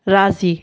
राज़ी